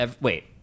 Wait